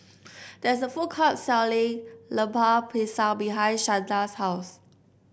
there is a food court selling Lemper Pisang behind Shanta's house